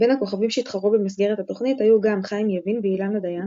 בין הכוכבים שהתחרו במסגרת התוכנית היו גם חיים יבין ואילנה דיין,